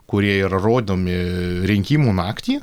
kurie yra rodomi rinkimų naktį